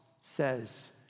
says